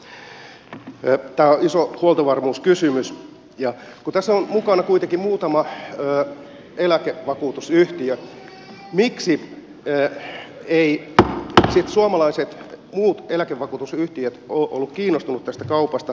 tämä on iso huoltovarmuuskysymys ja kun tässä on mukana kuitenkin muutama eläkevakuutusyhtiö miksi eivät sitten muut suomalaiset eläkevakuutusyhtiöt ole olleet kiinnostuneita tästä kaupasta